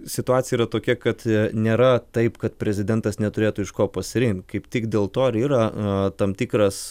situacija yra tokia kad nėra taip kad prezidentas neturėtų iš ko pasirin kaip tik dėl to ir yra tam tikras